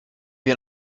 wir